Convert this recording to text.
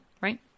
Right